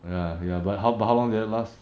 ya ya but how but how long did it last